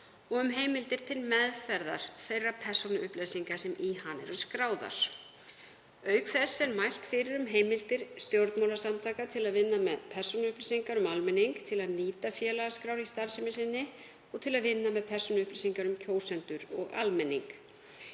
og um heimildir til meðferðar þeirra persónuupplýsinga sem í hana eru skráðar. Auk þess er mælt fyrir um heimildir stjórnmálasamtaka til að vinna með persónuupplýsingar um almenning, til að nýta félagaskrár í starfsemi sinni og til að vinna með persónuupplýsingar um kjósendur og almenning.